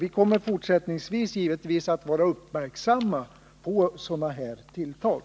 Vi kommer självfallet att fortsättningsvis vara uppmärksamma på sådana tilltag.